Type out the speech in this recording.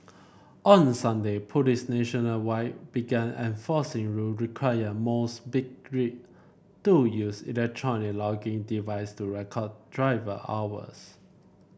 on Sunday police nationwide began enforcing rule requiring most big rig to use electronic logging device to record driver hours